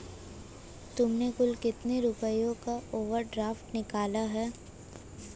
तुमने कुल कितने रुपयों का ओवर ड्राफ्ट निकाला है?